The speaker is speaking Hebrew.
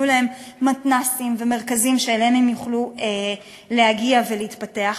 יהיו להם מתנ"סים ומרכזים שאליהם הם יוכלו להגיע ולהתפתח,